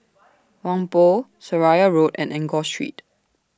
Whampoa Seraya Road and Enggor Street